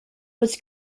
was